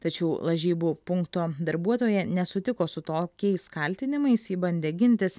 tačiau lažybų punkto darbuotoja nesutiko su tokiais kaltinimais ji bandė gintis